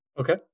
Okay